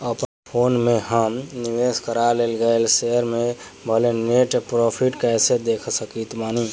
अपना फोन मे हम निवेश कराल गएल शेयर मे भएल नेट प्रॉफ़िट कइसे देख सकत बानी?